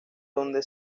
donde